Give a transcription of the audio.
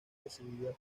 recibida